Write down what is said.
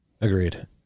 Agreed